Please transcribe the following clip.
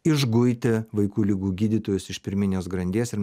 išguiti vaikų ligų gydytojus iš pirminės grandies ir